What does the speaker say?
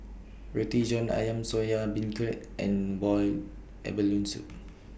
Roti John Ayam Soya Beancurd and boiled abalone Soup